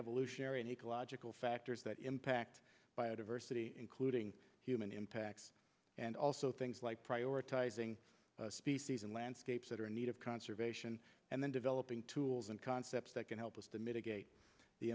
ecological factors that impact biodiversity including human impacts and also things like prioritizing species and landscapes that are in need of conservation and then developing tools and concepts that can help us to mitigate the